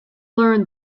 learn